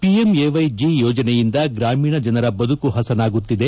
PMAY G ಯೋಜನೆಯಿಂದ ಗ್ರಾಮೀಣ ಜನರ ಬದುಕು ಹಸನಾಗುತ್ತಿದೆ